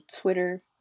Twitter